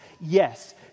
Yes